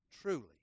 truly